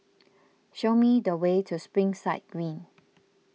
show me the way to Springside Green